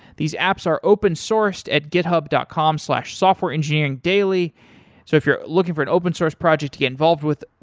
these apps are open sourced at github dot com slash softwareengineeringdaily. so if you're looking for an open source project to get involved with,